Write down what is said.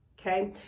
okay